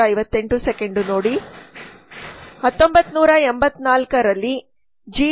1984 ರಲ್ಲಿ ಜಿ